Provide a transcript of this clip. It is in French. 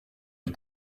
les